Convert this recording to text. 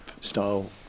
style